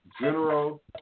general